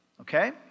Okay